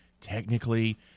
technically